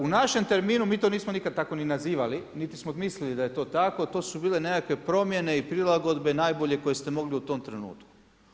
U našem terminu mi to nismo nikada tako ni nazivali niti smo mislili da je to tako, to su bile nekakve promjene i prilagodbe najbolje koje ste mogli u tom trenutku.